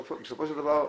ששם --- הדברים שלך חשובים,